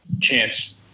chance